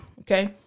okay